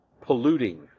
polluting